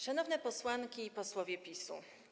Szanowni Posłanki i Posłowie PiS-u!